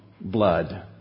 blood